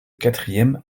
quatrième